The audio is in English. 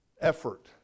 effort